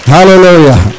Hallelujah